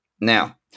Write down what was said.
Now